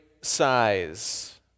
size